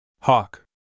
Hawk